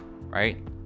right